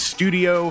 studio